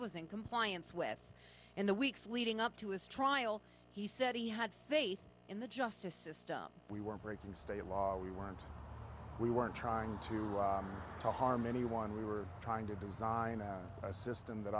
in the weeks leading up to his trial he said he had faith in the justice system we were breaking state law we weren't we weren't trying to rush to harm anyone we were trying to design a system that